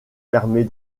permet